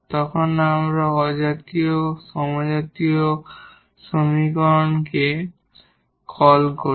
তখন আমরা non homogeneous সমীকরণকে কল করি